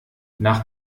nach